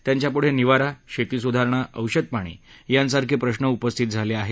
त्यांच्यापुढे निवारा शेती सुधारणा औषधपाणी यासारखे प्रश्र उपस्थित झाले आहेत